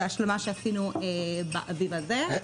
השלמה שעשינו באביב הזה.